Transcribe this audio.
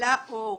אלה אור,